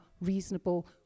reasonable